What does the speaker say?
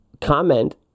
comment